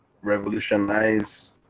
revolutionize